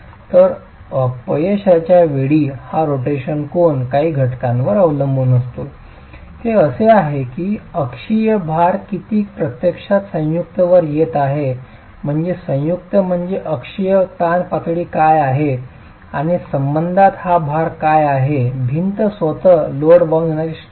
तर अपयशाच्या वेळी हा रोटेशन कोन काही घटकांवर अवलंबून असतो हे असे आहे की अक्षीय भार किती प्रत्यक्षात संयुक्त वर येत आहे म्हणजे संयुक्त मध्ये अक्षीय ताण पातळी काय आहे आणि संबंधात हा भार काय आहे भिंत स्वतः लोड वाहून नेण्याची क्षमता